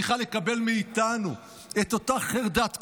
צריכה לקבל מאיתנו את אותה חרדת קודש,